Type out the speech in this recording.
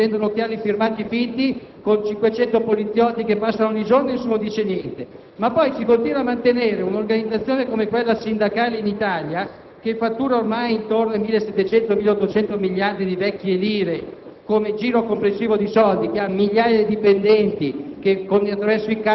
negozio, mentre basta andare a piazza del Pantheon dove ci sono 50 venditori abusivi che vendono occhiali firmati finti con 500 poliziotti che passano ogni giorno e nessuno dice niente. Inoltre, si continua a mantenere un'organizzazione come quella sindacale in Italia, che fattura ormai intorno ai 1.700, 1.800 miliardi di vecchie lire,